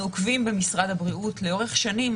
אנחנו עוקבים במשרד הבריאות לאורך שנים